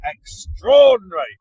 extraordinary